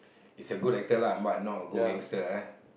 is a good actor lah but not a good gangster